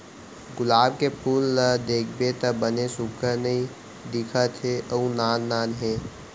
गुलाब के फूल ल देखबे त बने सुग्घर नइ दिखत हे अउ नान नान हे